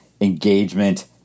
engagement